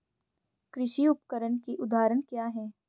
कृषि उपकरण के उदाहरण क्या हैं?